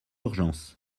urgence